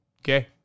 Okay